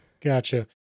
gotcha